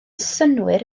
synnwyr